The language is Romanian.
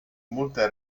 multe